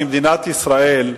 כמדינת ישראל,